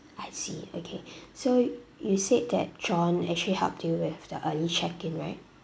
I see okay so you said that chong actually helped you with the early check in right